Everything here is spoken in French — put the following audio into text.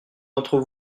d’entre